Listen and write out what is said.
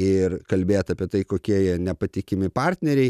ir kalbėt apie tai kokie jie nepatikimi partneriai